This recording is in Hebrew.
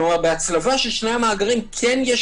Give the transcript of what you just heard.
כלומר בהצלבה של שני המאגרים כן יש